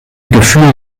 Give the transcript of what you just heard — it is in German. gefühl